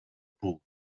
pool